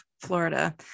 Florida